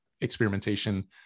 experimentation